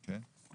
כן.